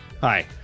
Hi